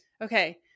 okay